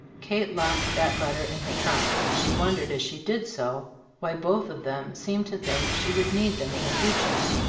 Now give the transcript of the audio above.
kate locked that letter in her trunk. she wondered as she did so why both of them seemed to think she would need them in the future.